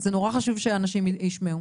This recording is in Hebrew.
זה נורא חשוב שאנשים יישמעו.